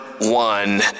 one